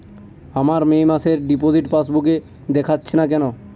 আমার মে মাসের ডিপোজিট পাসবুকে দেখাচ্ছে না কেন?